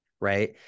Right